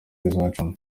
bizacamo